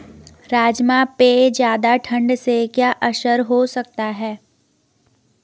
राजमा पे ज़्यादा ठण्ड से क्या असर हो सकता है?